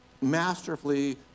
masterfully